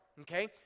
Okay